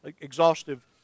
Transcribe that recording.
exhaustive